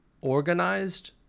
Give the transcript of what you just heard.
organized